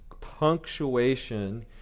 punctuation